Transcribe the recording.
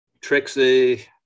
Trixie